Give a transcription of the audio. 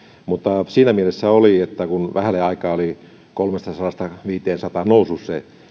mutta siinä mielessä on että vähälle aikaa oli kolmestasadasta viiteensataan noussut